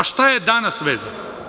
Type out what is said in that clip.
A šta je danas veza?